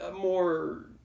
more